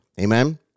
Amen